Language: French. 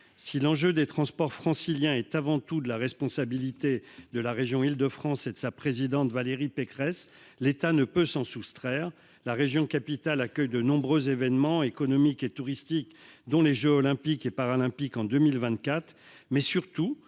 Si l'enjeu des transports franciliens est avant tout de la responsabilité de la région Île-de-France et de sa présidente Valérie Pécresse, l'État ne peut pas s'y soustraire. La région capitale accueille de nombreux événements économiques et touristiques, dont les jeux Olympiques et Paralympiques en 2024. Surtout,